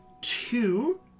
two